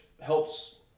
helps